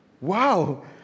Wow